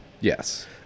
Yes